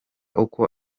uko